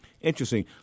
interesting